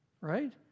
right